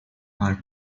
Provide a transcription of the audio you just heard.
are